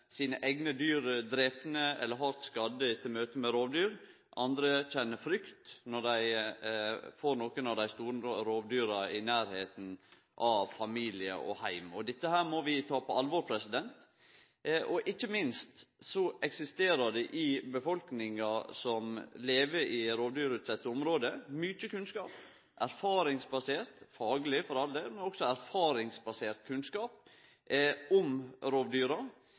sine eigne dyr drepne eller hardt skadde etter møte med rovdyr. Andre kjenner frykt når dei får nokre av dei store rovdyra i nærleiken av familie og heim. Dette må vi ta på alvor. Ikkje minst eksisterer det i befolkninga som lever i rovdyrtette område, mykje kunnskap – fagleg for all del, men òg erfaringsbasert kunnskap – om rovdyra.